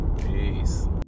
Peace